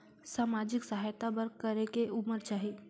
समाजिक सहायता बर करेके उमर चाही?